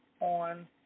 on